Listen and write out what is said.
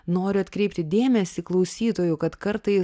noriu atkreipti dėmesį klausytojų kad kartą į